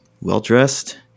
well-dressed